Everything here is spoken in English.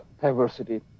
diversity